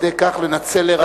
ועל-ידי כך לנצל לרעה,